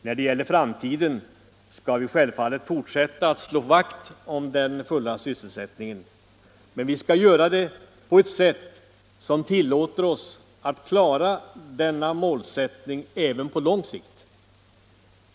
När det gäller framtiden skall vi självfallet fortsätta att slå vakt om den fulla sysselsättningen. Men vi skall göra det på ett sätt som tillåter oss att klara denna målsättning även på lång sikt.